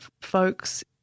folks